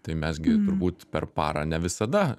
tai mes gi turbūt per parą ne visada